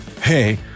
Hey